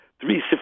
three